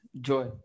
Joy